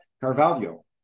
Carvalho